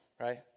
right